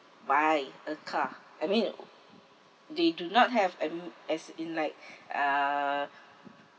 buy a car I mean they do not have um as in like uh